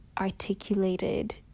articulated